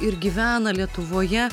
ir gyvena lietuvoje